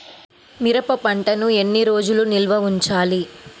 మిరప పంటను ఎన్ని రోజులు నిల్వ ఉంచాలి?